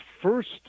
first